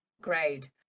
grade